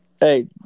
hey